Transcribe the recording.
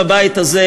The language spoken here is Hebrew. בבית הזה,